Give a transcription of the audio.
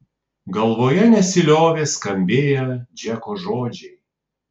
galvoje nesiliovė skambėję džeko žodžiai